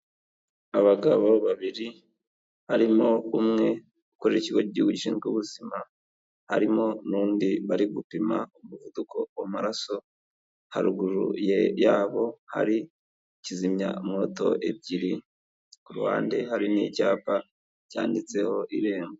Abagabo babiri harimo umwe ukorera ikigo k'igihugu gishinzwe ubuzima, harimo n'undi bari gupima umuvuduko w'amaraso, haruguru yabo hari kizimyamoto ebyiri, ku ruhande hari n'icyapa cyanditseho irembo.